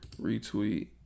Retweet